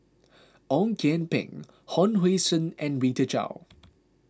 Ong Kian Peng Hon Sui Sen and Rita Chao